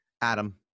Adam